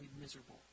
miserable